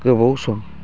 गोबाव सम